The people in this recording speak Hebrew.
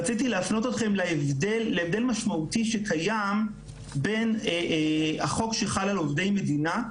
רציתי להפנות אתכם להבדל משמעותי שקיים בין החוק שחל על עובדי מדינה,